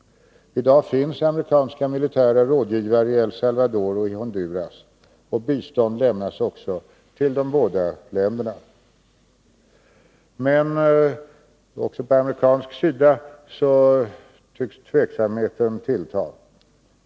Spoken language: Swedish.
I dag finns amerikanska militära rådgivare i E1 Salvador och i Honduras, och bistånd lämnas också till de båda länderna. Men tveksamheten tycks tillta även på amerikansk sida.